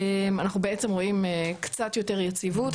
אנחנו בעצם רואים קצת יותר יציבות.